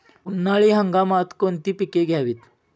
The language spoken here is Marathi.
उन्हाळी हंगामात कोणती पिके घ्यावीत?